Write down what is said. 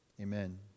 amen